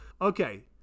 Okay